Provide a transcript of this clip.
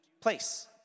place